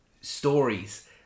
stories